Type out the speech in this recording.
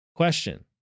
Question